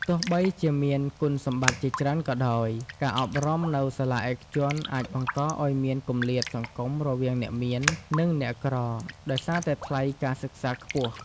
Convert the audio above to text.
ទោះបីជាមានគុណសម្បត្តិជាច្រើនក៏ដោយ ការអប់រំនៅសាលាឯកជនអាចបង្កឱ្យមានគម្លាតសង្គមរវាងអ្នកមាន និងអ្នកក្រដោយសារតែថ្លៃការសិក្សាខ្ពស់។